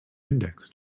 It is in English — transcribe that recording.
index